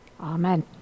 Amen